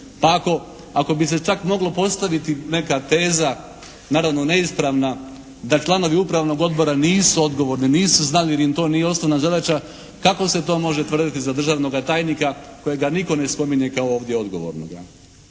Pa ako bi se čak moglo postaviti neka teza naravno neispravna da članovi upravnog odbora nisu odgovorni, nisu znali jer im to nije osnovna zadaća, kako se to može tvrditi za državnoga tajnika kojega nitko ne spominje kao ovdje odgovornoga.